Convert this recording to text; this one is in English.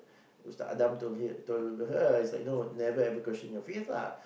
Ustad-Adam told him to to her is like know never ever question your faith lah